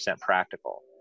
practical